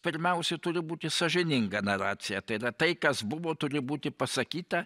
pirmiausia turi būti sąžininga naracija tai yra tai kas buvo turi būti pasakyta